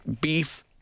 Beef